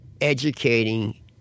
educating